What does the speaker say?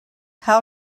how